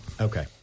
Okay